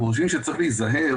אנחנו חושבים שצריך להיזהר